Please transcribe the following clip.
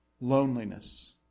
Loneliness